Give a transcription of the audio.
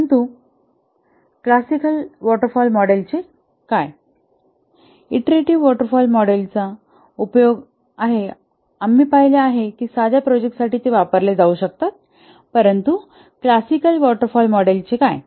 परंतु classical waterfall मॉडेलचे काय आहे इटरेटीव्ह वॉटर फॉल मॉडेलचा उपयोग आहे आम्ही पाहिले की साध्या प्रोजेक्ट साठी ते वापरले जाऊ शकतात परंतु क्लासिकल वॉटर फॉल मॉडेलचे काय